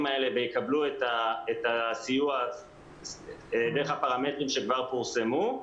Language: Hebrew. האלה ויקבלו את הסיוע דרך הפרמטרים שכבר פורסמו,